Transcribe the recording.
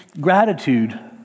gratitude